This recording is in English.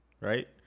right